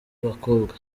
bakobwa